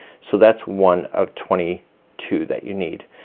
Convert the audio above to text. so that's one of twenty two that you need.